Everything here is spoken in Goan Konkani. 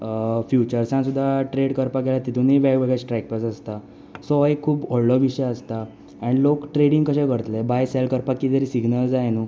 फ्युचर्सान सुद्दा ट्रेड करपा गेलो जाल्या तितुनूय वेगवेगळे स्ट्रायक प्रायस आसता सो हो एक खूब व्हडलो विशय आसता आनी लोक ट्रेडींग कशें करतले बाय सेल करपा कितें तरी सिंग्नल जाय न्हू